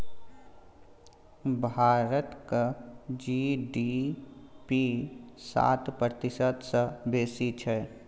भारतक जी.डी.पी सात प्रतिशत सँ बेसी छै